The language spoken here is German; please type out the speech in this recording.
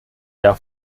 der